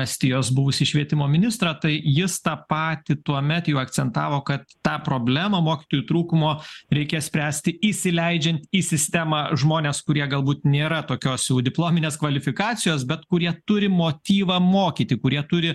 estijos buvusį švietimo ministrą tai jis tą patį tuomet jau akcentavo kad tą problemą mokytojų trūkumo reikia spręsti įsileidžiant į sistemą žmones kurie galbūt nėra tokios jau diplominės kvalifikacijos bet kurie turi motyvą mokyti kurie turi